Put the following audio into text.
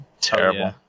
Terrible